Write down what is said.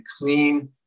clean